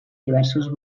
diversos